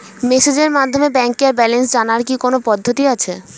মেসেজের মাধ্যমে ব্যাংকের ব্যালেন্স জানার কি কোন পদ্ধতি আছে?